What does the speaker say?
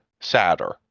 sadder